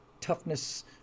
toughness